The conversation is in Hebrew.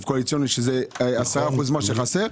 קואליציוני שהוא 10 אחוזים ממה שחסר.